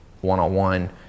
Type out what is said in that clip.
one-on-one